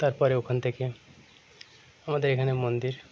তারপরে ওখান থেকে আমাদের এখানে মন্দির